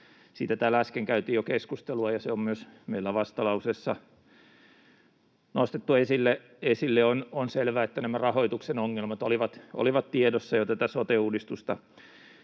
Siitä täällä äsken käytiin jo keskustelua, ja se on meillä myös vastalauseessa nostettu esille. On selvää, että nämä rahoituksen ongelmat olivat tiedossa jo tätä sote-uudistusta